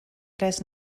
tres